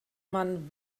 man